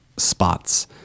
spots